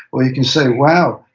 or you can say, wow.